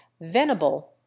Venable